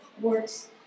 works